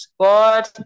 God